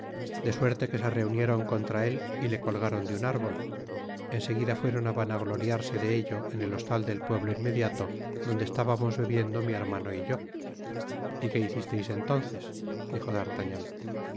de suerte que se reunieron contra él y le colgaron de nn árbol en seguida fueron á vanagloriarse de ello en el hostal del pueblo inmediato donde estábamos bebiendo mi hermano y yo y que hicisteis entonces dijo d'artagnan